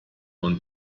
und